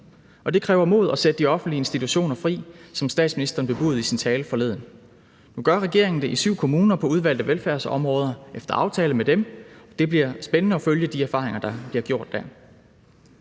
på. Det kræver mod at sætte de offentlige institutioner fri, som statsministeren bebudede i sin tale forleden. Nu gør regeringen det i syv i kommuner på udvalgte velfærdsområder efter aftale med dem. Det bliver spændende at følge de erfaringer, der bliver gjort der.